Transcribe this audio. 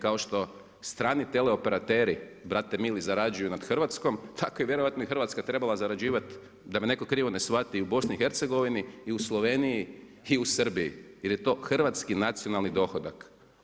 Kao što strani teleoperatera brate mili zarađuju nad Hrvatskom, tako vjerojatno je i Hrvatska trebala zarađivati, da me netko ne shvati u BIH ili u Sloveniji i u Srbiji, jer je to hrvatski nacionalni dohodak.